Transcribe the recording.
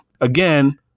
Again